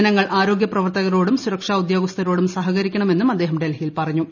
ജനങ്ങൾ ആരോഗ്യ പ്രവർത്തകരോടും സുരക്ഷാ ഉദ്യോഗസ്ഥരോടും സഹകരിക്കണമെന്നും അദ്ദേഹം ഡൽഹിയിൽ പറഞ്ഞു